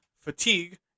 fatigue